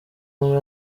umwe